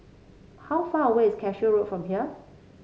how far away is Cashew Road from here